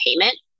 payment